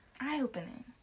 Eye-opening